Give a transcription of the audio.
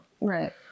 Right